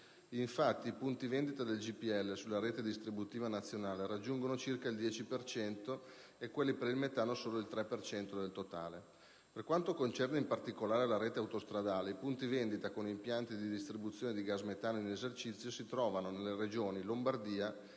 Infatti, i punti vendita del GPL, sulla rete distributiva nazionale, raggiungono circa il 10 per cento e quelli per il metano solo il 3 per cento del totale. Per quanto concerne, in particolare, la rete autostradale, i punti vendita con impianti di distribuzione di gas metano in esercizio si trovano nelle Regioni Lombardia,